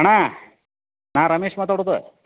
ಅಣ್ಣಾ ನಾ ರಮೇಶ್ ಮಾತಾಡುದು